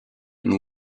and